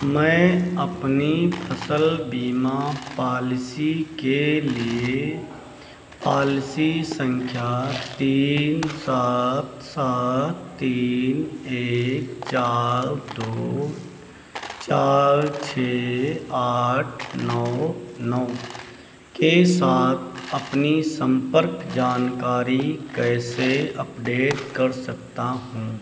मैं अपनी फसल बीमा पॉलिसी के लिए पॉलिसी संख्या तीन सात सात तीन एक चार दो चार छः आठ नौ नौ के साथ अपनी संपर्क जानकारी कैसे अपडेट कर सकता हूँ